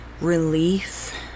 relief